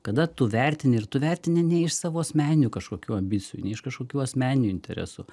kada tu vertini ir tu vertini ne iš savo asmeninių kažkokių ambicijų ne iš kažkokių asmeninių interesų